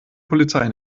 polizei